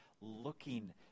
looking